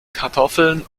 kartoffeln